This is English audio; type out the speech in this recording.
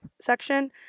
section